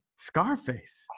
Scarface